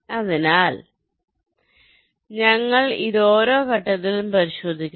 അതിനാൽ ഞങ്ങൾ ഇത് ഓരോ ഘട്ടത്തിലും പരിശോധിക്കുന്നു